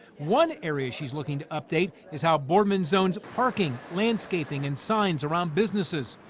one area she's looking to update is how boardman zones parking landscaping and signs around businesses.